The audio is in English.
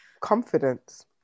Confidence